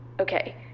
Okay